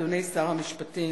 אדוני שר המשפטים,